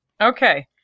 Okay